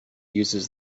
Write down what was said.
uses